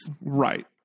Right